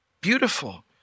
beautiful